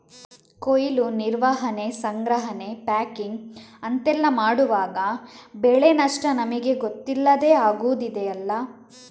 ಕೊಯ್ಲು, ನಿರ್ವಹಣೆ, ಸಂಗ್ರಹಣೆ, ಪ್ಯಾಕಿಂಗ್ ಅಂತೆಲ್ಲ ಮಾಡುವಾಗ ಬೆಳೆ ನಷ್ಟ ನಮಿಗೆ ಗೊತ್ತಿಲ್ಲದೇ ಆಗುದಿದೆಯಲ್ಲ